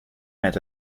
met